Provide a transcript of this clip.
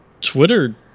Twitter